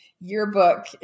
yearbook